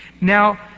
Now